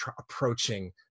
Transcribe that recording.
approaching